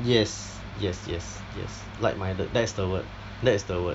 yes yes yes yes like minded that's the word that's the word